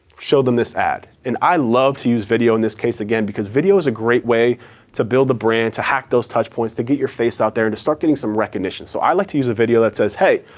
show them this ad. and i love to use video in this case, again because video is a great way to build the brand, to hack those touchpoints, to get your face out there, and to start getting some recognition. so i like to use a video that says, hey,